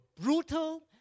brutal